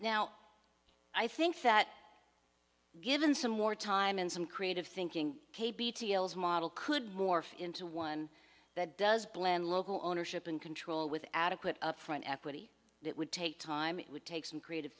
now i think that given some more time and some creative thinking model could morph into one that does blend local ownership and control with adequate upfront equity that would take time it would take some creative